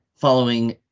following